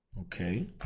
okay